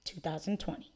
2020